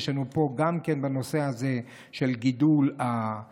יש לנו פה גם כן את הנושא הזה של גידול האימהות,